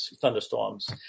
thunderstorms